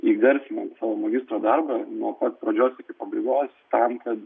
įgarsinant savo magistro darbą nuo pat pradžios iki pabaigos tam kad